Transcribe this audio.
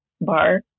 bar